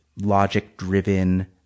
logic-driven